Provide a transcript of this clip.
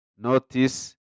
notice